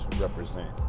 represent